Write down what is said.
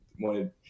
wanted